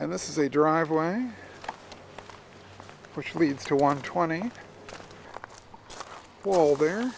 and this is a driveway which leads to one twenty well there